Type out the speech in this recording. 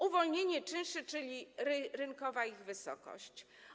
Uwolnienie czynszów, czyli rynkowa ich wysokość.